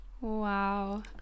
Wow